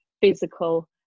physical